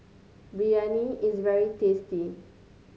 biryani is very tasty